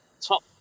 top